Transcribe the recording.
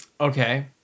Okay